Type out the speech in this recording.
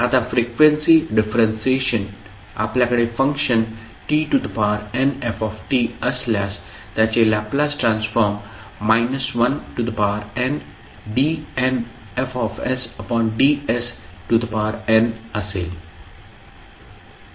आता frequency differentiation आपल्याकडे function tnf असल्यास त्याचे लॅपलास ट्रान्सफॉर्म ndnFdsn असेल